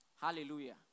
Hallelujah